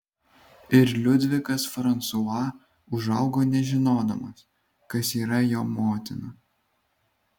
ir liudvikas fransua užaugo nežinodamas kas yra jo motina